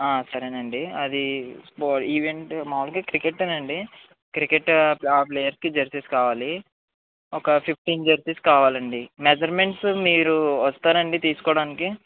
సరేనండీ అదీ ఈవెంట్ మాములుగా క్రికెట్ ఏనండీ క్రికెట్ ప్లేయర్స్ కి జెర్సీస్ కావాలి ఒక ఫిఫ్టీన్ జెర్సీస్ కావాలండీ మెషర్మెంట్స్ మీరు వస్తారా అండీ తీసుకోవడానికి